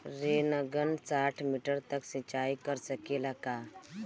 Rain gun साठ metre तक सिचाई कर सकेला का?